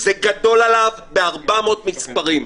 זה גדול עליו ב-400 מספרים.